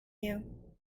you